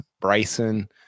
bryson